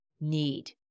need